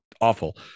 awful